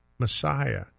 messiah